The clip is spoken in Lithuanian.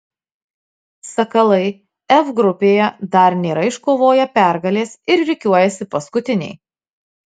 sakalai f grupėje dar nėra iškovoję pergalės ir rikiuojasi paskutiniai